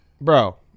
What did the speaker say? bro